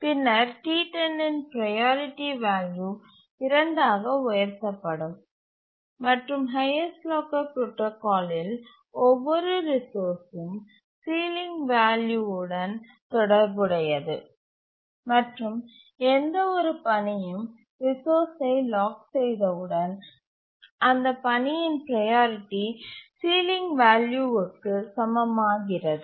பின்னர் T10 இன் priority value 2 ஆக உயர்த்தப்படும் மற்றும் ஹைஎஸ்ட் லாக்கர் புரோடாகாலில் ஒவ்வொரு ரிசோர்ஸ்ம் சீலிங் வேல்யூ உடன் தொடர்புடையது மற்றும் எந்தவொரு பணியும் ரிசோர்ஸ்ஐ லாக் செய்தவுடன் அந்த பணியின் ப்ரையாரிட்டி சீலிங் வேல்யூக்கு சமமாகிறது